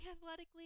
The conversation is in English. athletically